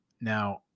Now